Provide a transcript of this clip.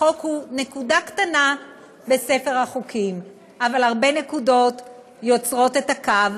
החוק הוא נקודה קטנה בספר החוקים אבל הרבה נקודות יוצרות את הקו,